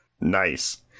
Nice